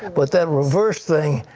but that reverse thing,